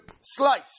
Slice